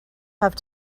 have